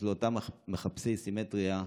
אז לאותם מחפשי סימטריה,